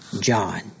John